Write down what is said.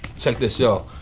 check this, yo.